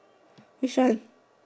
which one